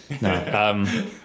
No